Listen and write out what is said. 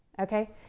okay